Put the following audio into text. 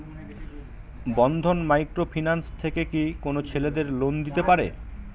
বন্ধন micro finance থেকে কি কোন ছেলেদের লোন দিতে পারে?